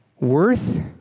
Worth